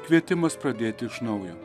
kvietimas pradėti iš naujo